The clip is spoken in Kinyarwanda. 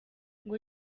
ngo